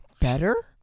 better